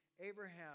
Abraham